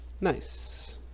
nice